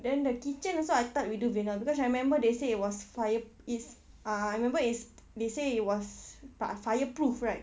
then the kitchen also I thought we do vinyl because I remember they said it was fire is uh I remember is they say it was fi~ fireproof right